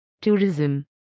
tourism